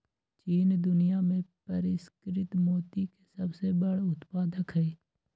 चीन दुनिया में परिष्कृत मोती के सबसे बड़ उत्पादक हई